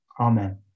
Amen